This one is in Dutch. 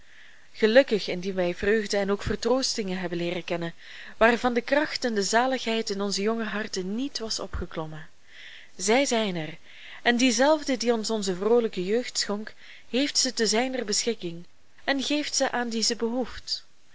gelukkig indien wij vreugden en ook vertroostingen hebben leeren kennen waarvan de kracht en de zaligheid in onze jonge harten niet was opgeklommen zij zijn er en diezelfde die ons onze vroolijke jeugd schonk heeft ze te zijner beschikking en geeft ze aan die ze behoeft